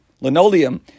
linoleum